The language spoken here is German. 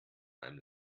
einem